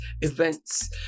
events